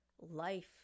life